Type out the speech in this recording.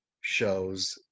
shows